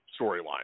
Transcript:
storyline